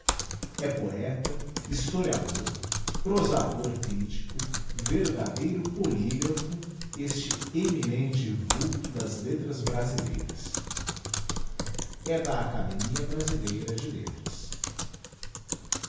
é poeta historiador prosador critico verdadeiro polygrapho este eminente vulto das letras brasileiras e da academia brasileira de letras